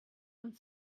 und